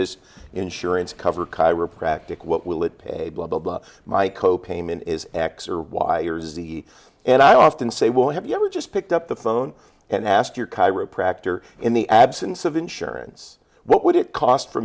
this insurance cover chiropractic what will it pay blah blah blah my co payment is x or y or z and i often say will have you ever just picked up the phone and asked your chiropractor in the absence of insurance what would it cost for